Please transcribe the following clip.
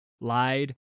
lied